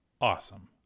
awesome